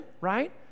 right